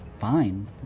fine